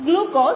v 15